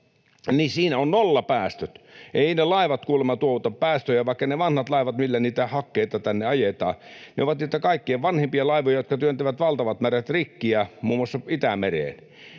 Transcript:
siinä on nollapäästöt. Eivät ne laivat kuulemma tuota päästöjä, vaikka ne vanhat laivat, millä hakkeita tänne ajetaan, ovat niitä kaikkein vanhimpia laivoja, jotka työntävät muun muassa valtavat määrät rikkiä Itämereen.